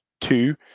two